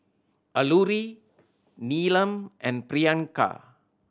Alluri Neelam and Priyanka